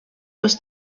was